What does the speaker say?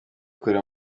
kure